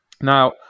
Now